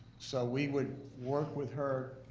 so we would work with her.